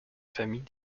famille